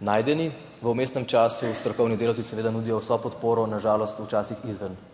najdeni. V vmesnem času strokovni delavci seveda nudijo vso podporo, na žalost včasih